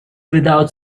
without